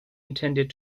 intended